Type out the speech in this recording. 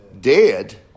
dead